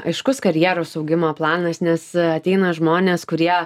aiškus karjeros augimo planas nes ateina žmonės kurie